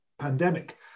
pandemic